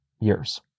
years